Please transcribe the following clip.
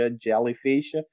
jellyfish